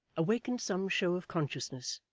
awakened some show of consciousness,